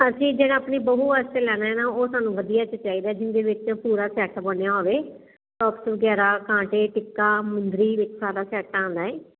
ਅਸੀਂ ਫਿਰ ਆਪਣੀ ਬਹੂ ਵਾਸਤੇ ਲੈਣਾ ਨਾ ਉਹ ਸਾਨੂੰ ਵਧੀਆ ਚ ਚਾਹੀਦਾ ਜਿਹਦੇ ਵਿੱਚ ਪੂਰਾ ਸੈੱਟ ਬਣਿਆ ਹੋਵੇ ਟੋਪਸ ਵਗੈਰਾ ਕਾਂਟੇ ਟਿੱਕਾ ਮੁੰਦਰੀ ਵਿੱਚ ਸਾਡਾ ਸੈੱਟ ਆਉਂਦਾ ਏ